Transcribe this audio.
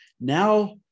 now